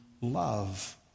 love